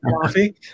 Coffee